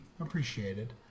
appreciated